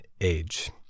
Age